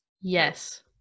Yes